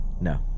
No